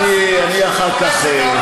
אני עולה חדש, תתרגם לי את זה.